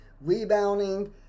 rebounding